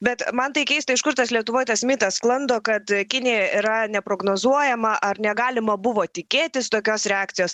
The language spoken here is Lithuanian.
bet man tai keista iš kur tas lietuvoj tas mitas sklando kad kinija yra neprognozuojama ar negalima buvo tikėtis tokios reakcijos